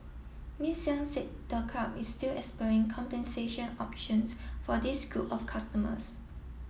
Miss Yang said the club is still exploring compensation options for this group of customers